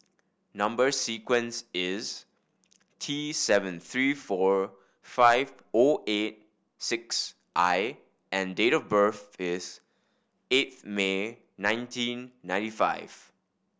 number sequence is T seven three four five O eight six I and date of birth is eighth May nineteen ninety five